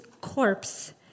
corpse